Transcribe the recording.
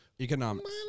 Economics